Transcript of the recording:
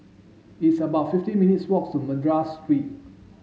it's about fifty minutes' walk to Madras Street